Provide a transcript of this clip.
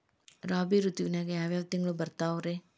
ರಾಬಿ ಋತುವಿನಾಗ ಯಾವ್ ಯಾವ್ ತಿಂಗಳು ಬರ್ತಾವ್ ರೇ?